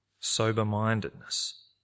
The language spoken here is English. sober-mindedness